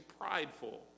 prideful